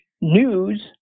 news